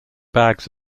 bags